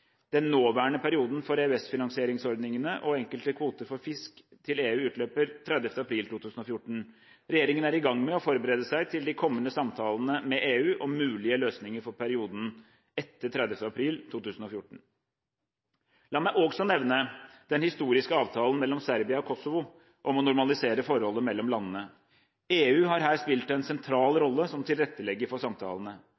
Den nåværende perioden for EØS-finansieringsordningene og enkelte kvoter for fisk til EU utløper 30. april 2014. Regjeringen er i gang med å forberede seg til de kommende samtalene med EU om mulige løsninger for perioden etter 30. april 2014. La meg også nevne den historiske avtalen mellom Serbia og Kosovo om å normalisere forholdet mellom landene. EU har her spilt en sentral